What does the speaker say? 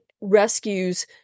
rescues